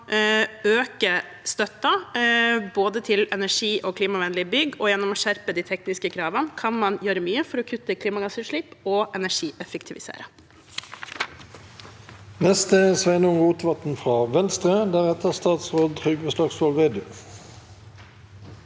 både å øke støtten til energi- og klimavennlige bygg og å skjerpe de tekniske kravene kan man gjøre mye for å kutte klimagassutslipp og energieffektivisere.